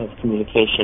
communication